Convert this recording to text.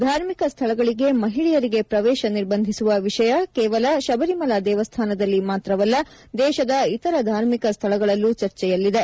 ಧಾರ್ಮಿಕ ಸ್ದಳಗಳಿಗೆ ಮಹಿಳೆಯರಿಗೆ ಪ್ರವೇಶ ನಿರ್ಬಂಧಿಸುವ ವಿಷಯ ಕೇವಲ ಶಬರಿಮಲಾ ದೇವಸ್ಥಾನದಲ್ಲಿ ಮಾತ್ರವಲ್ಲ ದೇಶದ ಇತರ ಧಾರ್ಮಿಕ ಸ್ಥಳಗಳಲ್ಲೂ ಚರ್ಚೆಯಲ್ಲಿದೆ